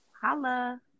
Holla